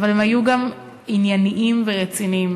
אבל היו גם ענייניים ורציניים,